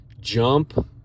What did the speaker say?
jump